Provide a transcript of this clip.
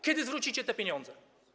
Kiedy zwrócicie te pieniądze?